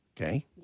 okay